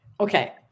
Okay